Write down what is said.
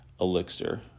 elixir